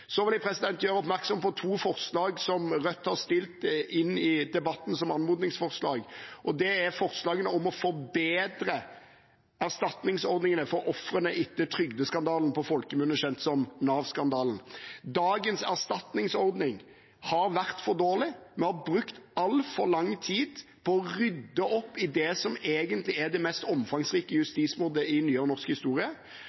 Jeg vil gjøre oppmerksom på to anmodningsforslag som Rødt har fremmet i saken. Det er forslagene om å forbedre erstatningsordningene for ofrene etter trygdeskandalen, som på folkemunne er kjent som «Nav-skandalen». Dagens erstatningsordning har vært for dårlig. Vi har brukt altfor lang tid på å rydde opp i det som er det mest omfangsrike